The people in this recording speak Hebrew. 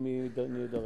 אם נידרש.